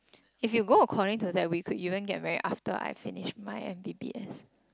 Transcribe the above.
if you go according to the week we could even get married after I finish my M_B_B_S